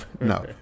No